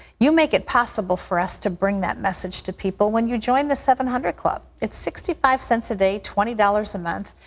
you make it possible for us to bring that message to people when you join the seven hundred club. it's sixty five cents a day, twenty dollars a month,